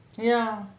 ya